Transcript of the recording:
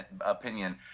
opinion